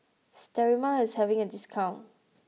Sterimar is having a discount